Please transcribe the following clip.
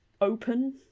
open